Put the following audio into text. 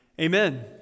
Amen